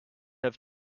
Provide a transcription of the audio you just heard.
have